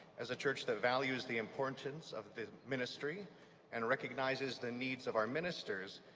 as a church that values the importance of the ministry and recognizes the needs of our ministers,